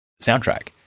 soundtrack